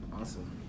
Awesome